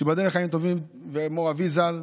שייבדל לחיים טובים, ומו"ר אבי ז"ל,